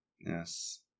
Yes